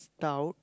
stout